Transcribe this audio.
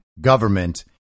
government